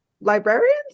librarians